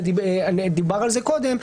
ודובר על זה קודם,